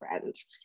friends